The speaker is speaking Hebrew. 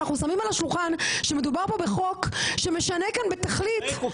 אנחנו שמים על השולחן שמדובר פה בשני חוקי